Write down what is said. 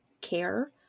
care